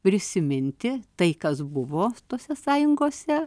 prisiminti tai kas buvo tose sąjungose